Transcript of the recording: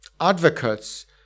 advocates